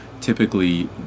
typically